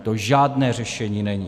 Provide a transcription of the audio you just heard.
To žádné řešení není.